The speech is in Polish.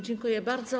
Dziękuję bardzo.